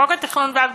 חוק התכנון והבנייה,